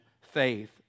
faith